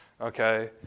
okay